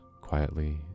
quietly